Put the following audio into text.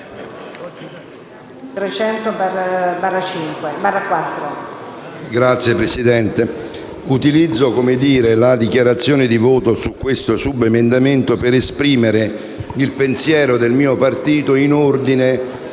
Signora Presidente, utilizzo la dichiarazione di voto su questo subemendamento per esprimere il pensiero del mio Gruppo in ordine